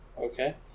Okay